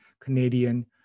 Canadian